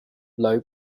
low